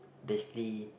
basically